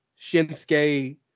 Shinsuke